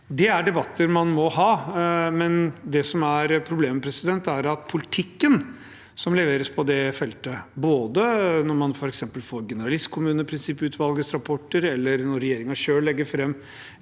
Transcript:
Det er debatter man må ha. Det som er problemet, er at politikken som leveres på det feltet – både når man får f.eks. generalistkommuneutvalgets rapporter, eller når regjeringen selv legger fram